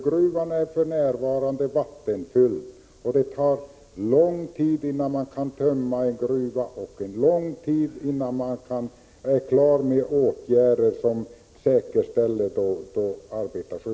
Gruvan är för närvarande vattenfylld, och det tar lång tid att tömma en gruva och lång tid innan man är klar med åtgärder som säkerställer arbetarskyddet.